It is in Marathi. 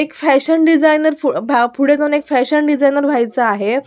एक फॅशन डिझाइनर पुढ भा पुढे जाऊन एक फॅशन डिझाइनर व्हायचं आहे